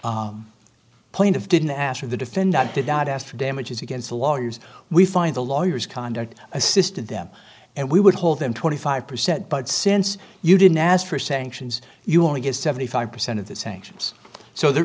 the plaintiff didn't ask for the defendant did not ask for damages against the lawyers we find the lawyer's conduct assisted them and we would hold them twenty five percent but since you didn't ask for sanctions you only get seventy five percent of the sanctions so there